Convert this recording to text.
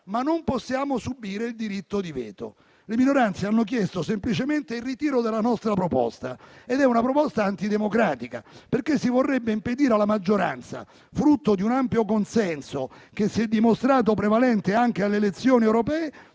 ma non possiamo subire il diritto di veto. Le minoranze hanno chiesto semplicemente il ritiro della nostra proposta ed è una richiesta antidemocratica, perché si vorrebbe impedire alla maggioranza, frutto di un ampio consenso che si è dimostrato prevalente anche alle elezioni europee,